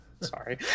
Sorry